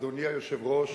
אדוני היושב-ראש,